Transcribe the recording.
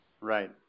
Right